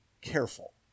careful